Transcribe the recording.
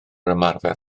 ymarfer